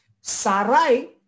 Sarai